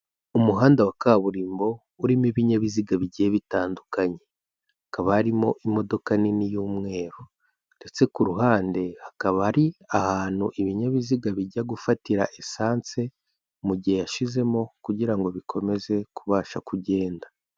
Umuhanda wa kaburimbo urimo ibinyabiziga bigiye bitandukanye, hakaba harimo imodoka nini y'umweru ndetse ku ruhande hakaba ari ahantu ibinyabiziga bijya gufatira esanse mu gihe yashizemo kugira ngo bikomeze kubasha kugenda.